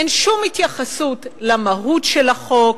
אין שום התייחסות למהות של החוק,